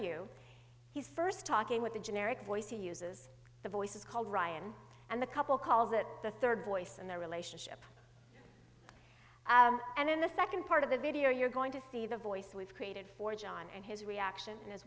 you his first talking with a generic voice he uses the voice is called ryan and the couple calls it the third voice in their relationship and in the second part of the video you're going to see the voice we've created for john and his reaction and his